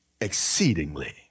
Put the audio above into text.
exceedingly